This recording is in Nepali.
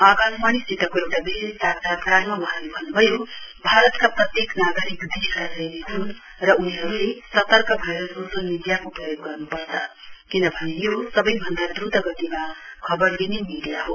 आकाशवाणीसित एउटा विशेष साक्षात्कारमा वहाँले भन्नुभएको छ भारतका प्रत्येक नागरिक देशका सैनिक ह्न् र उनीहरूले सतर्क भएर सोसल मीडियाको प्रयोग गर्नुपर्छ किनभने यो सबैभन्दा द्रत गतिमा खबर दिने मीडिया हो